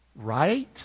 right